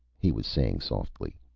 he was saying softly.